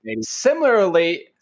Similarly